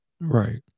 Right